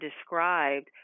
described